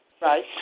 Right